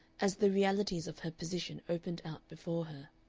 as the realities of her position opened out before her.